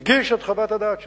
הגיש את חוות הדעת שלו,